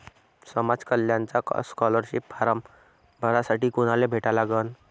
समाज कल्याणचा scholarship form भरासाठी कुनाले भेटा लागन?